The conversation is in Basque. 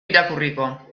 irakurriko